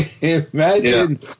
imagine